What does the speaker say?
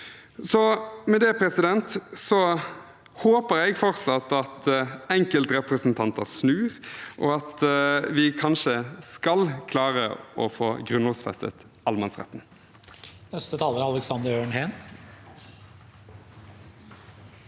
Med det håper jeg fortsatt at enkeltrepresentanter snur, og at vi kanskje skal klare å få grunnlovfestet allemannsretten.